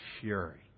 fury